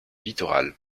littoral